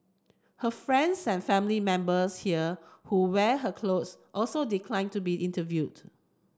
her friends and family members here who wear her clothes also declined to be interviewed